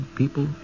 people